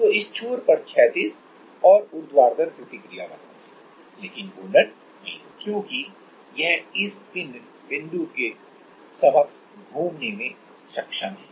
तो इस छोर पर क्षैतिज और ऊर्ध्वाधर प्रतिक्रिया बल होंगे लेकिन घूर्णन नहीं होगा क्योंकि यह इस पिन बिंदु के समक्ष में घूमने में सक्षम है